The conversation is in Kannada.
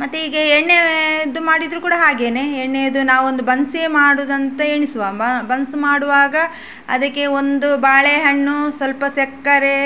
ಮತ್ತು ಹೀಗೆ ಎಣ್ಣೆಯದ್ದು ಮಾಡಿದರು ಕೂಡ ಹಾಗೆಯೇ ಎಣ್ಣೆಯದ್ದು ನಾವೊಂದು ಬನ್ಸೆ ಮಾಡುವುದಂತ ಎಣಿಸುವ ಬನ್ಸ್ ಮಾಡುವಾಗ ಅದಕ್ಕೆ ಒಂದು ಬಾಳೆ ಹಣ್ಣು ಸ್ವಲ್ಪ ಸಕ್ಕರೆ